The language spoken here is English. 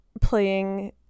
playing